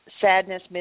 sadness